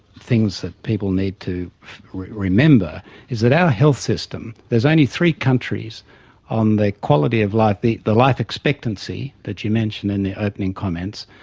things that people need to remember is that our health system, there's only three countries on the quality of life, the the life expectancy that you mentioned in the opening comments,